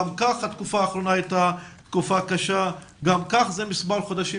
גם כך התקופה האחרונה הייתה תקופה קשה ומספר חודשים